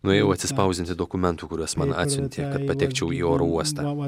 nuėjau atsispausdinti dokumentų kuriuos man atsiuntė kad patekčiau į oro uostą